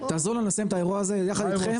לסיים את האירוע הזה יחד איתכם.